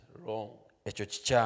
wrong